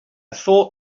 thought